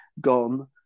gone